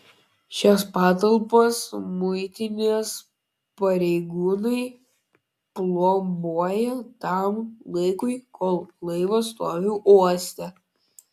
šias patalpas muitinės pareigūnai plombuoja tam laikui kol laivas stovi uoste